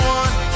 one